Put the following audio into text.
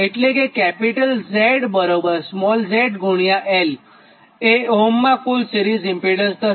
એટલે કે Z z l એ ઓહ્મમાં કુલ સિરીઝ ઇમ્પીડન્સ થશે